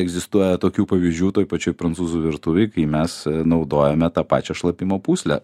egzistuoja tokių pavyzdžių toj pačioj prancūzų virtuvėj kai mes naudojame tą pačią šlapimo pūslę